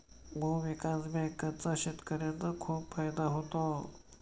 भूविकास बँकांचा शेतकर्यांना खूप फायदा होतो